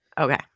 Okay